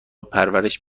پرورش